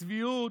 צביעות,